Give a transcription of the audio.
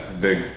Big